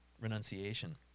renunciation